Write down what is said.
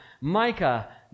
Micah